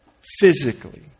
physically